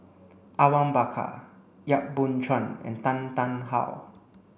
Awang Bakar Yap Boon Chuan and Tan Tarn How